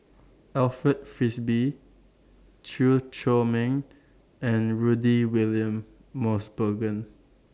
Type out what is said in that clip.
Alfred Frisby Chew Chor Meng and Rudy William Mosbergen